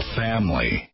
family